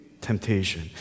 temptation